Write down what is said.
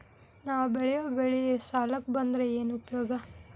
ನಾವ್ ಬೆಳೆಯೊ ಬೆಳಿ ಸಾಲಕ ಬಂದ್ರ ಏನ್ ಉಪಯೋಗ?